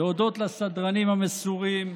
להודות לסדרנים המסורים,